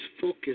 focus